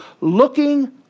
looking